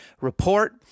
report